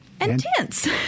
intense